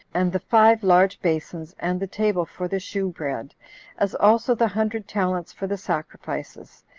and the five large basons, and the table for the shew-bread as also the hundred talents for the sacrifices,